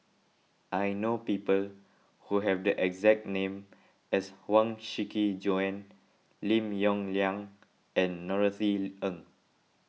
I know people who have the exact name as Huang Shiqi Joan Lim Yong Liang and Norothy Ng